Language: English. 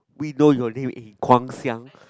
we know your name eh Guang-Xiang